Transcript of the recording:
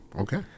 Okay